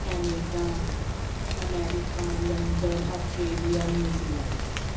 Canada America London Australia New Zealand